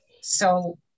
So-